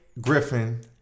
Griffin